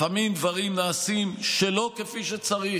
לפעמים דברים נעשים שלא כפי שצריך,